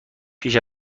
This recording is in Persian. پیش